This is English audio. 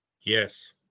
Yes